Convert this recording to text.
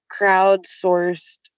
crowdsourced